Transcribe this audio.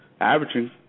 averaging